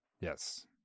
Yes